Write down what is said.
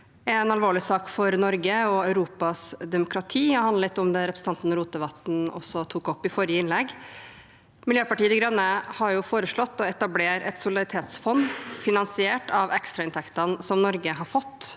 en alvorlig sak for Norge og Europas demokrati, og handler litt om det representanten Rotevatn også tok opp i forrige innlegg. Miljøpartiet De Grønne har foreslått å etablere et solidaritetsfond finansiert av ekstrainntektene som Norge har fått